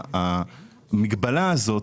המגבלה הזאת